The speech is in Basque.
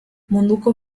munduko